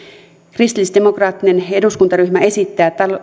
kristillisdemokraattinen eduskuntaryhmä esittää